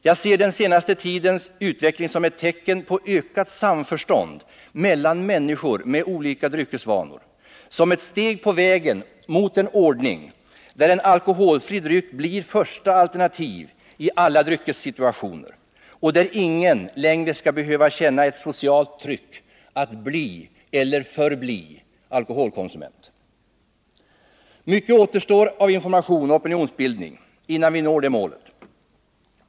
Jag ser den senaste tidens utveckling som ett tecken på ökat samförstånd mellan människor med olika dryckesvanor, som ett steg på vägen mot en ordning där en alkoholfri dryck blir första alternativ i alla dryckessituationer och där ingen längre skall behöva känna ett socialt tryck att bli eller förbli alkoholkonsument. Mycket återstår av information och opinionsbildning innan vi når det målet.